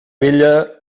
vella